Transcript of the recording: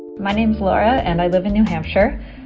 my name's laura, and i live in new hampshire.